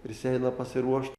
prisieina pasiruošt